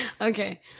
okay